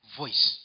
voice